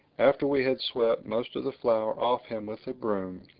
after we had swept most of the flour off him with a broom,